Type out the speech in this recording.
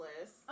list